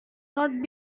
not